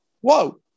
Whoa